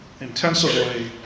intensively